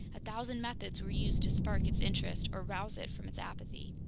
a thousand methods were used to spark its interest or rouse it from its apathy.